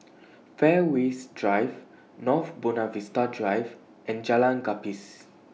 Fairways Drive North Buona Vista Drive and Jalan Gapis